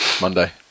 Monday